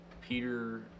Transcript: Peter